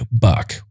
buck